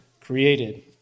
created